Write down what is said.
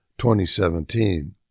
2017